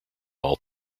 all